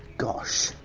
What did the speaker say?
gosh.